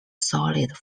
solid